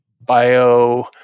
bio